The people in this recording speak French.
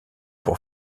pour